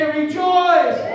rejoice